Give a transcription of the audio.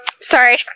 Sorry